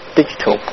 digital